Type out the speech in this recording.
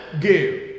give